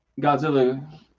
Godzilla